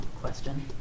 Question